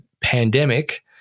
pandemic